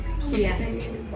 Yes